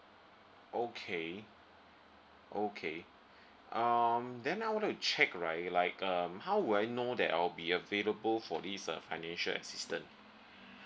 okay okay um then I want to check right like um how would I know that I'll be available for this uh financial assistance